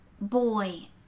boy